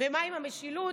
ומה עם המשילות?